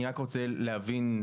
אני רק רוצה להבין,